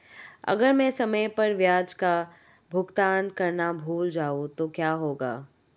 अगर मैं समय पर ब्याज का भुगतान करना भूल जाऊं तो क्या होगा?